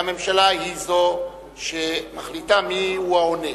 והממשלה היא זו שמחליטה מיהו העונה.